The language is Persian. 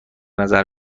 نظر